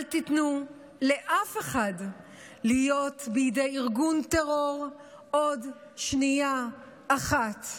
אל תיתנו לאף אחד להיות בידי ארגון טרור עוד שנייה אחת.